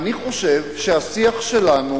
אני חושב שהשיח שלנו